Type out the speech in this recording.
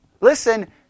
listen